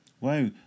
wow